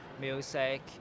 music